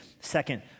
second